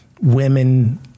women